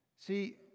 See